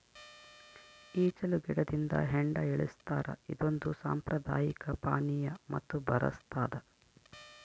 ಈಚಲು ಗಿಡದಿಂದ ಹೆಂಡ ಇಳಿಸ್ತಾರ ಇದೊಂದು ಸಾಂಪ್ರದಾಯಿಕ ಪಾನೀಯ ಮತ್ತು ಬರಸ್ತಾದ